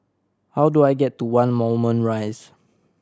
how do I get to One Moulmein Rise